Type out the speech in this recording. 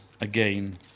again